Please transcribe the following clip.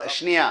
שנייה.